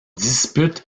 dispute